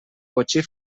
botxí